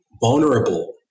vulnerable